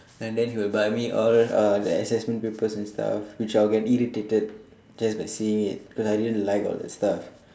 and then he will buy me all uh the assessment papers and stuff which I will get irritated just by seeing it cause I really didn't like all that stuff